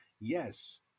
yes